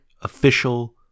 official